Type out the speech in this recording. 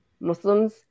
Muslims